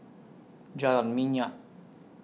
Jalan Minyak